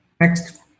next